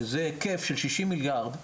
שזה היקף של 60 מיליארד,